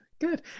Good